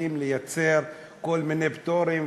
ומתחילים לייצר כל מיני פטורים,